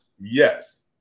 Yes